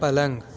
پلنگ